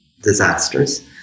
disasters